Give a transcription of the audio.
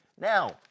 Now